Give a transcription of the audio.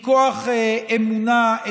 מכוח אמונה,